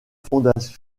fondation